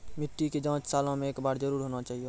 मिट्टी के जाँच सालों मे एक बार जरूर होना चाहियो?